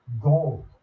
gold